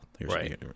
Right